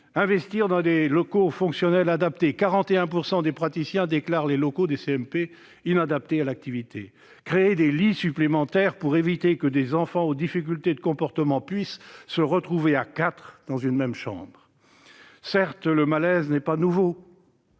et dans des locaux fonctionnels adaptés- 41 % des praticiens déclarent les locaux des CMP inadaptés à leur activité -, créer des lits supplémentaires, pour éviter que des enfants aux difficultés de comportement puissent se retrouver à quatre dans une même chambre. Certes, le malaise n'est pas nouveau,